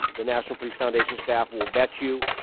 the national police foundation staff will vet you,